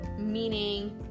meaning